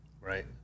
Right